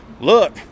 look